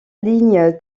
ligne